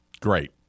Great